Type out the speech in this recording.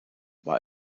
war